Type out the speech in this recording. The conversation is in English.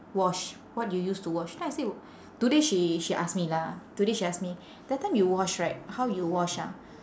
wash what you use to wash then I say today she she ask me lah today she ask me that time you wash right how you wash ah